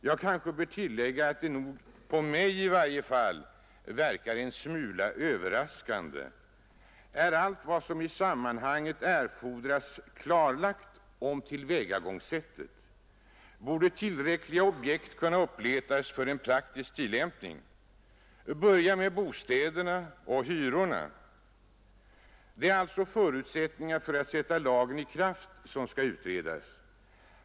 Jag kanske får tillägga att det nog för mig verkar en smula överraskande. Är allt vad som i detta sammanhang erfordras klarlagt om tillvägagångssättet? Tillräckliga objekt borde kunna uppletas för en praktisk tillämpning. Börja då med bostäderna och hyrorna! Det är alltså förutsättningen för att sätta lagen i kraft som skall utredas.